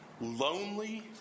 lonely